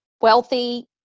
wealthy